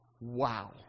Wow